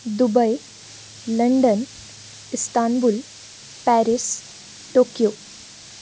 Dubai London Istanbul Paris Tokyo